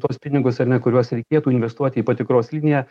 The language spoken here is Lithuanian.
tuos pinigus ar ne kuriuos reikėtų investuoti į patikros liniją